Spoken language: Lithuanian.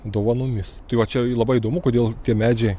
dovanomis tai va čia jau labai įdomu kodėl tie medžiai